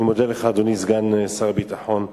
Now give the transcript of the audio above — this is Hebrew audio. אני מודה לך, אדוני סגן שר הביטחון,